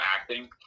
acting